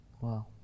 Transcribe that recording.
Wow